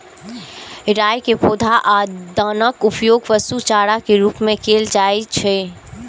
राइ के पौधा आ दानाक उपयोग पशु चारा के रूप मे कैल जाइ छै